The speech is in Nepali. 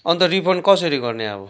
अन्त रिफन्ड कसरी गर्ने अब